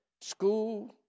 school